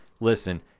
listen